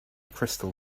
crystal